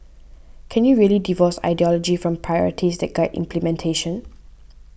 can you really divorce ideology from priorities that guide implementation